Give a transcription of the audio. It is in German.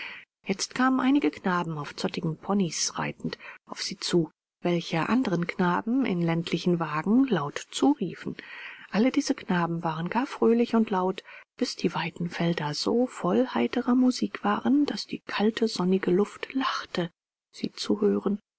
jetzt kamen einige knaben auf zottigen ponys reitend auf sie zu welche anderen knaben in ländlichen wagen laut zuriefen alle diese knaben waren gar fröhlich und laut bis die weiten felder so voll heiterer musik waren daß die kalte sonnige luft lachte sie zu hören